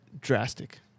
drastic